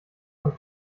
von